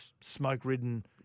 smoke-ridden